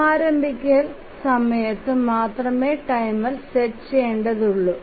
സമാരംഭിക്കൽ സമയത്ത് മാത്രമേ timer set ചെയേണ്ടത് ഉള്ളു